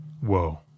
Whoa